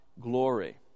glory